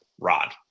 rod